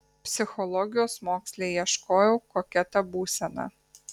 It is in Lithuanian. psichologijos moksle ieškojau kokia ta būsena